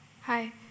Hi